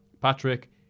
Patrick